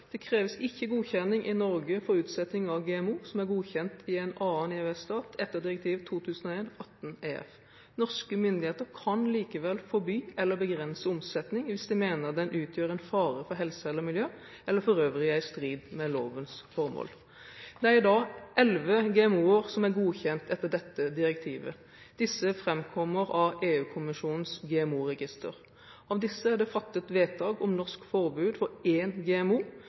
kreves ikke godkjenning i Norge for utsetting av GMO som er godkjent i en annen EØS-stat etter direktiv 2001/18/EF. Norske myndigheter kan likevel forby eller begrense omsetning hvis de mener den utgjør en fare for helse eller miljø, eller for øvrig er i strid med lovens formål.» Det er i dag 11 GMO-er som er godkjent etter dette direktivet. Disse framkommer av EU-kommisjonens GMO-register. Av disse er det fattet vedtak om norsk forbud for én GMO,